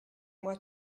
moi